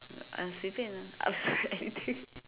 uh 随便 ah anything